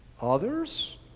others